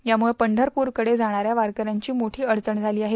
यामुळे पंढरपूरकडे जाणाऱ्या वारकऱ्यांची मोठी अडचण झाली आहे